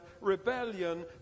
rebellion